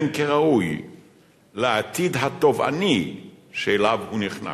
כראוי לעתיד התובעני שאליו הוא נכנס.